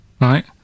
Right